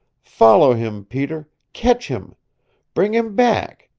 follow him, peter catch him bring him back!